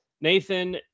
Nathan